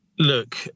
Look